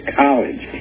college